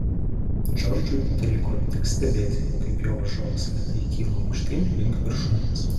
džordžui teliko tik stebėti kaip jo varžovas lėtai kyla aukštyn link viršūnės